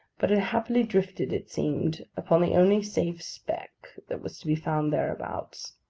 but had happily drifted, it seemed, upon the only safe speck that was to be found thereabouts.